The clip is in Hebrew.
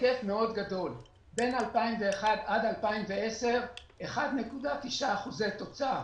בין 2001 עד 2010 - 1.9% תוצר,